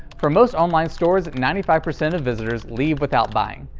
for most online stores, ninety five percent of visitors leave without buying.